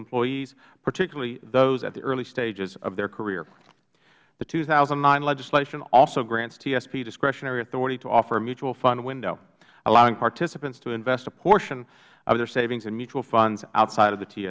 employees particularly those at the early stages of their career the two thousand and nine legislation also grants tsp discretionary authority to offer a mutual fund window allowing participants to invest a portion of their savings in mutual funds outside of the t